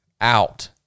out